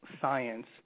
science